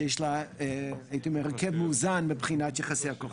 שיש לה הרכב מאוזן מבחינת יחסי הכוחות.